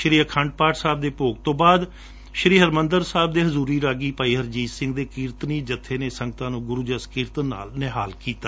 ਸ਼ੀ ਅਖੰਡ ਪਾਠ ਸਾਹਿਬ ਦੇ ਭੋਗ ਤੋ ਬਾਅਦ ਸ਼ੀ ਹਰਿਮੰਦਰ ਸਾਹਿਬ ਦੇ ਹਜੁਰੀ ਰਾਗੀ ਭਾਈ ਹਰਜੀਤ ਸਿੰਘ ਦੇ ਕੀਰਤਨੀ ਜੱਬੇ ਨੇ ਸੰਗਤਾਂ ਨੰ ਗੁਰੂ ਜਸ ਕੀਰਤਨ ਨਾਲ ਨਿਹਾਲ ਕੀਤਾ